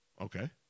Okay